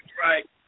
right